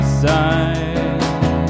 side